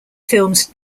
films